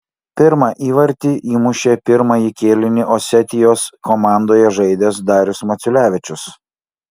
pirmą įvartį įmušė pirmąjį kėlinį osetijos komandoje žaidęs darius maciulevičius